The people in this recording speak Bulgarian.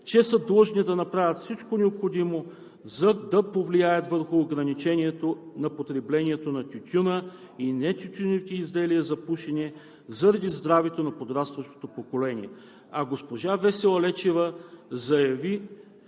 че са длъжни да направят всичко необходимо, за да повлияят върху ограничението на потреблението на тютюна и нетютюневите изделия за пушене заради здравето на подрастващото поколение, а госпожа Весела Лечева поясни,